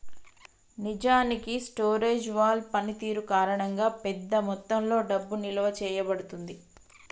నిజానికి storage value పనితీరు కారణంగా పెద్ద మొత్తంలో డబ్బు నిలువ చేయబడుతుంది